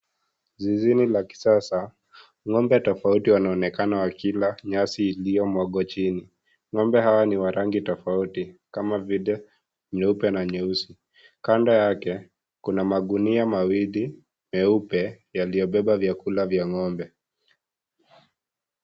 Zizini la kisasa ng'ombe tofauti wanaonekana wakila nyasi iliyomwagwa chini, ng'ombe hawa ni wa rangi tofauti kama vile nyeupe na nyeusi, kando yake kuna magunia mawili meupe yaliyobeba vyakula vya ng'ombe .